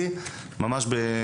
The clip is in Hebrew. הוא לא אומר: רגע,